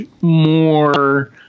more